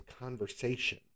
conversation